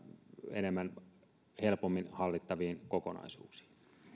enemmän helpommin hallittaviin kokonaisuuksiin